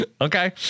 Okay